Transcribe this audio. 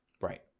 right